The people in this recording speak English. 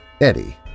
Eddie